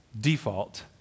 default